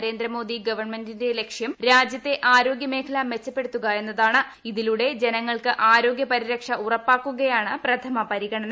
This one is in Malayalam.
നരേന്ദ്രമോദി ഗവൺമെന്റിന്റെ ലക്ഷ്യം രാജ്യത്തെ ആരോഗ്യമേഖല മെച്ചപ്പെടുത്തുക എന്നതാണ് ഇതിലൂടെ ജനങ്ങൾക്ക് ആരോഗ്യ പരിരക്ഷ ഉറപ്പാക്കുകയാണ് പ്രഥമ പരിഗണന